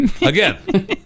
again